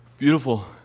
Beautiful